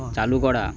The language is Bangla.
চালু করা